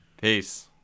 Peace